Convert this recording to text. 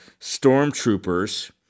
stormtroopers